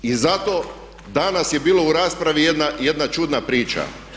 I zato, danas je bilo u raspravi jedna čudna priča.